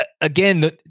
Again